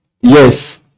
yes